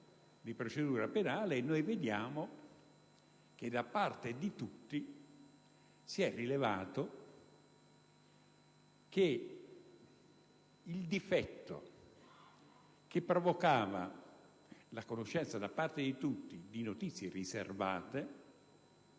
di procedura penale - vediamo che si è universalmente rilevato che il difetto che provocava la conoscenza da parte di tutti di notizie riservate